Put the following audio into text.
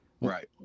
Right